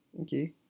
Okay